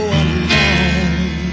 alone